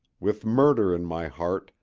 with murder in my heart,